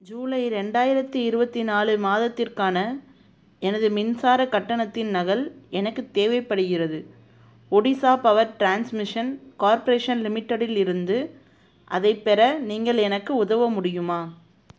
ஜூலை ரெண்டாயிரத்தி இருபத்தி நாலு மாதத்திற்கான எனது மின்சார கட்டணத்தின் நகல் எனக்கு தேவைப்படுகிறது ஒடிஸா பவர் டிரான்ஸ்மிஷன் கார்ப்பரேஷன் லிமிட்டெடிலிருந்து அதைப் பெற நீங்கள் எனக்கு உதவ முடியுமா